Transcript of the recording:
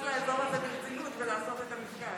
לאזור הזה ברצינות ולעשות את המפקד.